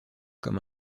comme